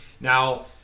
Now